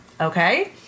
Okay